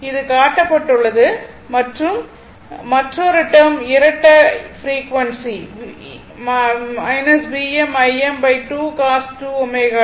இது கட்டப்பட்டுள்ளது மற்றும் மற்றொரு டெர்ம் இரட்டை frequency Vm Im 2 cos 2 ω t